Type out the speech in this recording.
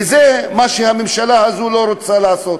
וזה מה שהממשלה הזאת לא רוצה לעשות.